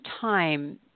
time